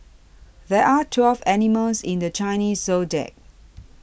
there are twelve animals in the Chinese zodiac